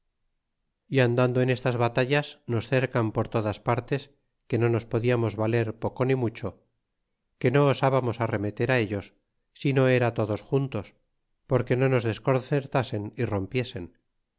y andando en estas batallas nos cercanpor todas partes que no nos podiamos valer poco ni mucho que no osábamos arremeter ellos sino era todos juntos porque no nos desconcertasen y rompiesen